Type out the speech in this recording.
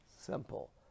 simple